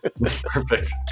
perfect